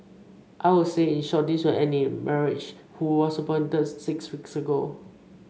I would say in short this will end in marriage who was appointed six weeks ago